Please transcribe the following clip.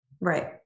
Right